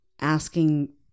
asking